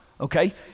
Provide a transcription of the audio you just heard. okay